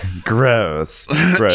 Gross